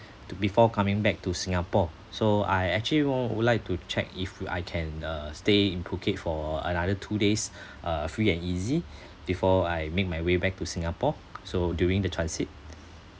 to before coming back to singapore so I actually wa~ would like to check if w~ I can uh stay in phuket for another two days uh free and easy before I make my way back to singapore so during the transit